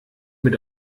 mit